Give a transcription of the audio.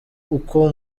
uko